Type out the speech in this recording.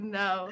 no